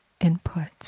inputs